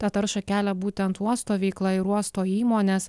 tą taršą kelia būtent uosto veikla ir uosto įmonės